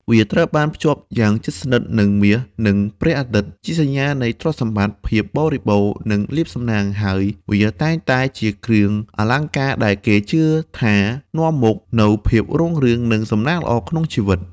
វាត្រូវបានភ្ជាប់យ៉ាងជិតស្និទ្ធនឹង មាស និងព្រះអាទិត្យ ជាសញ្ញានៃ ទ្រព្យសម្បត្តិ ភាពបរិបូរណ៍ និងលាភសំណាង ហើយ វាតែងតែជាគ្រឿងអលង្ការដែលគេជឿថានាំមកនូវភាពរុងរឿង និងសំណាងល្អក្នុងជីវិត។